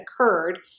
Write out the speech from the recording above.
occurred